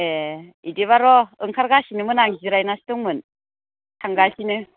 ए' बिदिबा र' ओंखारगासिनोमोन आं जिरायनासो दंमोन थांगासिनो